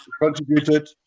contributed